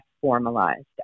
formalized